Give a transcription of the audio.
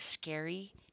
scary